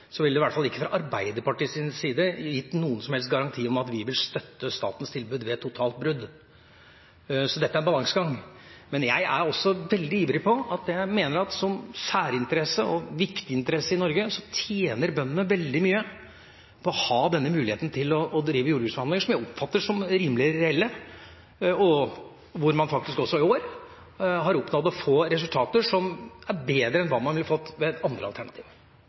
så tydelig at man skal rive ned det som jeg oppfatter som det sentrale når det gjelder landbrukspolitikken, vil det i hvert fall ikke fra Arbeiderpartiets side bli gitt noen som helst garanti om at vi vil støtte statens tilbud ved et totalt brudd. Dette er en balansegang. Jeg er også veldig ivrig på at som særinteresse og viktig interesse i Norge tjener bøndene veldig mye på å ha denne muligheten til å drive jordbruksforhandlinger – som jeg oppfatter som rimelig reelle, og hvor man faktisk også i år har oppnådd resultater som er bedre enn hva man ville fått